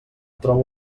trobo